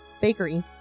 bakery